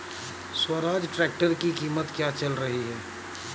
Swaraj tractor की कीमत क्या चल रही है?